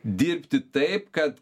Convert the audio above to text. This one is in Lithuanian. dirbti taip kad